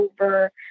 over